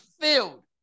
filled